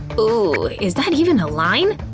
ooh, is that even a line?